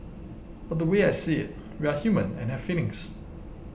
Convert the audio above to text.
but the way I see it we are human and have feelings